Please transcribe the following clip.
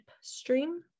stream